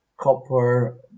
copper